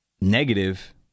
negative